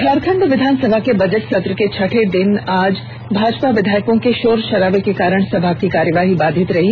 झारखंड विधानसभा के बजट सत्र के छठे दिन भी आज भाजपा विधायकों के शोर शराबे के कारण सभा की कार्यवाही बाधित रही